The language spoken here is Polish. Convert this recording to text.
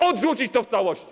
Odrzucić to w całości.